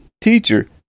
Teacher